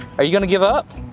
are you gonna give up?